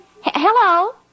Hello